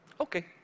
Okay